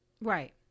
Right